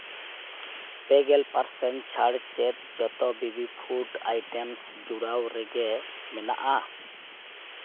ᱯᱮ ᱜᱮᱞ ᱯᱟᱨᱥᱮᱱ ᱪᱷᱟᱲ ᱪᱮᱫ ᱡᱚᱛᱚ ᱵᱮᱵᱤ ᱯᱷᱩᱰ ᱟᱭᱴᱮᱢᱥ ᱡᱩᱲᱟᱹᱣ ᱨᱮᱜᱮ ᱢᱮᱱᱟᱜᱼᱟ